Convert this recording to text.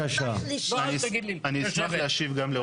אני אשמח להשיב גם לעו"ד בירן.